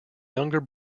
younger